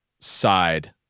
side